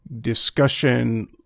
discussion